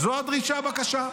מתי תוכל לגלות שהוא